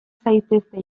zaitezte